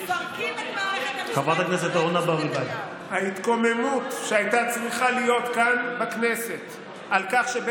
רק חבל שאתה לא מספר כמה טוב עשו בבית המשפט